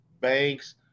banks